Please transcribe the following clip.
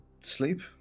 sleep